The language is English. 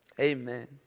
Amen